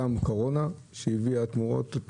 גם קורונה שהביאה תמורות,